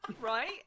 right